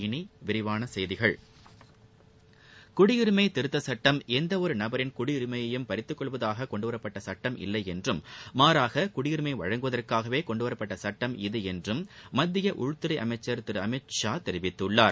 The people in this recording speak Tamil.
இனி விரிவான செய்திகள் குடியுரிமை திருத்த சுட்டம் எந்த ஒரு நபரின் குடியுரிமையையும் பறித்துக் கொள்வதற்காக கொண்டு வரப்பட்ட சுட்டம் இல்லையென்றும் மாறாக குடியுரிமை வழங்குவதற்காகவே கொண்டு வரப்பட்ட சுட்டம் இது என்றும் மத்திய உள்துறை அமைச்சர் திரு அமித் ஷா தெரிவித்துள்ளார்